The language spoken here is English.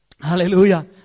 Hallelujah